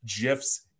GIFs